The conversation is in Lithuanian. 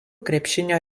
krepšinio